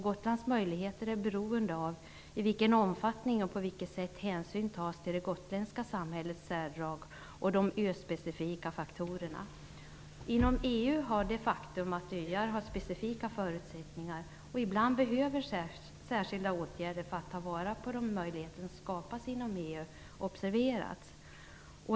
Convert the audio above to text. Gotlands möjligheter är beroende av i vilken omfattning och på vilket sätt hänsyn tas till det gotländska samhällets särdrag och de ö-specifika faktorerna. Inom EU har man observerat det faktum att öar har specifika förutsättningar och ibland behöver särskilda åtgärder för att kunna ta vara på de möjligheter som skapas inom EU.